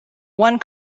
one